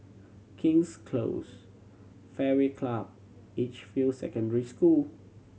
King's Close Fairway Club Edgefield Secondary School